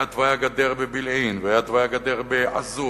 היה תוואי הגדר בבילעין, היה תוואי הגדר בעזון,